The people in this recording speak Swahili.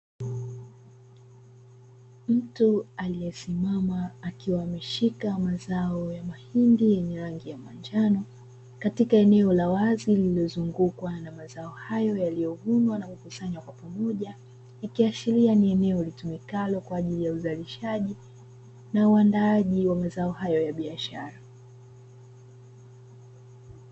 Mtu aliyesimamia akiwa ameshika mazao ya mahindi yenye rangi ya manjano, katika eneo la wazi lililozungukwa na mazao hayo yaliyovunwa na kukusanywa kwa pamoja, yakiashiria ni eneo litumikalo kwa ajili ya uzalishaji na uandaaji wa mazao hayo ya biashara.